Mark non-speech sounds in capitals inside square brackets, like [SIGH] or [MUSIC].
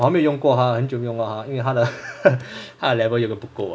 我还没用过他我很久没有用过他因为他的 he [LAUGHS] 他的 level 又不够了